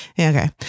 Okay